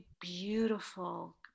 beautiful